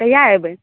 कहिआ अयबै